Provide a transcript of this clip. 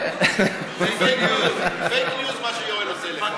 זה פייק ניוז, מה שיואל עושה לך.